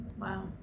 Wow